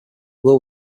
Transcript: will